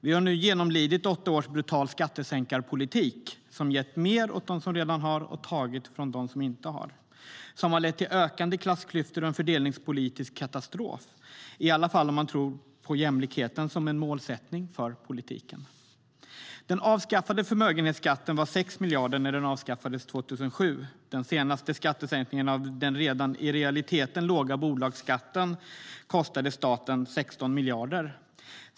Vi har nu genomlidit åtta års brutal skattesänkarpolitik som gett mer åt dem som redan har och tagit från dem som inte har och som har lett till ökande klassklyftor och en fördelningspolitisk katastrof, i alla fall om man tror på jämlikhet som målsättning för politiken. Förmögenhetsskatten uppgick till 6 miljarder när den avskaffades 2007. Den senaste sänkningen av den i realiteten redan låga bolagsskatten kostade staten 16 miljarder.